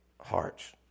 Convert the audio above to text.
hearts